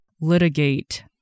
litigate